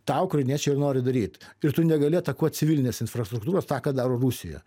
tą ukrainiečiai ir nori daryt ir tu negali atakuoti civilinės infrastruktūros tą ką daro rusija